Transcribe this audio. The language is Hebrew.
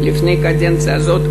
לפני הקדנציה הזאת,